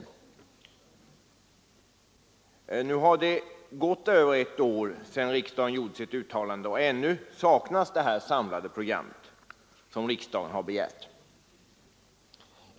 Alltså har över ett år förflutit sedan riksdagen gjorde sitt uttalande, men ännu saknas det samlade handlingsprogram som riksdagen begärt.